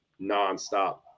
nonstop